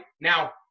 now